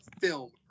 film